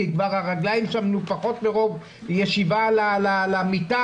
הרגליים כבר נפוחות מרוב ישיבה על המיטה,